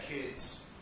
kids